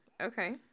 okay